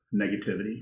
negativity